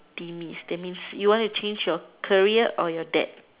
demise that means you wanna change your career or your death